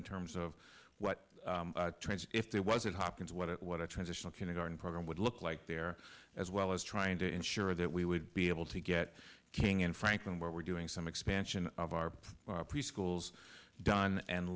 terms of what trends if there was at hopkins what it what a transitional kindergarten program would look like there as well as trying to ensure that we would be able to get king in franklin where we're doing some expansion of our preschools done and